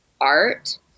art